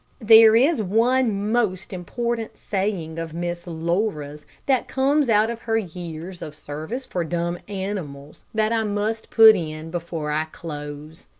there is one most important saying of miss laura's that comes out of her years of service for dumb animals that i must put in before i close,